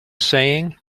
saying